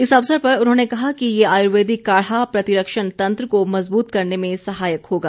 इस अवसर पर उन्होंने कहा कि ये आयुर्वेदिक काढ़ा प्रतिरक्षण तंत्र को मजबूत करने में सहायक होगा